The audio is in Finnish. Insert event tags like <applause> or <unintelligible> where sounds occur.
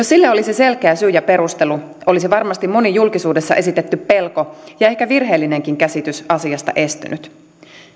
<unintelligible> sille olisi selkeä syy ja perustelu olisi varmasti moni julkisuudessa esitetty pelko ja ehkä virheellinenkin käsitys asiasta estynyt